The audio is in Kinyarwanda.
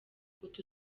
utu